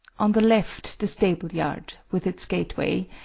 on the left the stable yard, with its gateway,